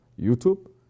YouTube